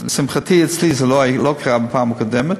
לשמחתי, אצלי זה לא קרה בפעם הקודמת,